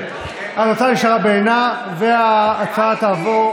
התוצאה נשארה בעינה, וההצעה תעבור,